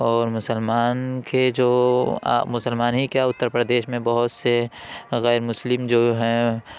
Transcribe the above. اور مسلمان کے جو مسلمان ہی کیا اتر پردیش میں بہت سے غیر مسلم جو ہیں